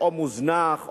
או מוזנח,